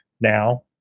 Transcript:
now